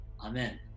Amen